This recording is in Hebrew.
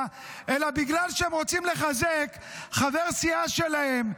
אלא בגלל שהם רוצים לחזק חבר סיעה שלהם,